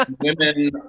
women